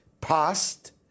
past